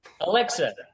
Alexa